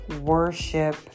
worship